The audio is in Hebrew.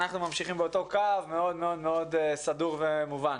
אנחנו ממשיכים באותו קו מאוד מאוד סדור ומובן.